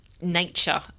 nature